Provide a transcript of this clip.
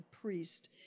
priest